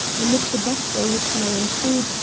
amid the bustle which now ensued,